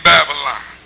Babylon